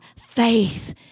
faith